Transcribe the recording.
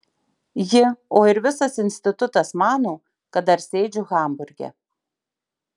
ji o ir visas institutas mano kad dar sėdžiu hamburge